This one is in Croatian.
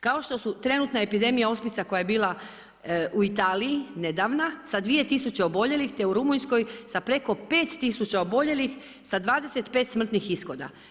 Kao što su trenutna epidemija ospica koja je bila u Italiji nedavna, sa 2000 oboljelih te u Rumunjskoj sa preko 5000 oboljelih, sa 25 smrtnih ishoda.